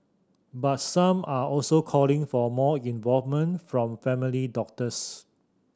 but some are also calling for more involvement from family doctors